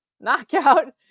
knockout